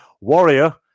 Warrior